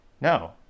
no